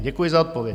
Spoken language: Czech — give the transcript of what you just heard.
Děkuji za odpověď.